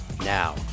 Now